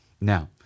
Now